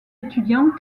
étudiants